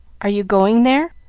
are you going there?